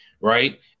right